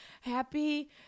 happy